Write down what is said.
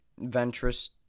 Ventress